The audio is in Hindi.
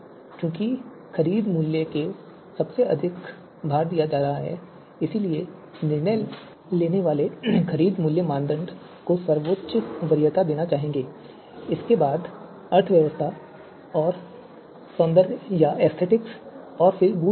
चूंकि खरीद मूल्य को सबसे अधिक भार दिया जा रहा है इसलिए निर्णय लेने वाले खरीद मूल्य मानदंड को सर्वोच्च वरीयता देना चाहेंगे इसके बाद अर्थव्यवस्था और सौंदर्य और फिर बूट क्षमता